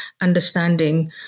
understanding